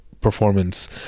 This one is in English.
performance